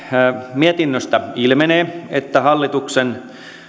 mietinnöstä ilmenee että